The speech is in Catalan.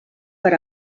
per